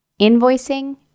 Invoicing